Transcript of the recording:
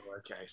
Okay